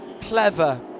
clever